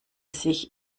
sich